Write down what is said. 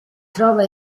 trova